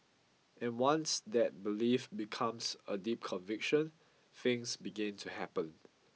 and once that belief becomes a deep conviction things begin to happen